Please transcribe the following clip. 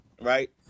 right